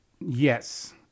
Yes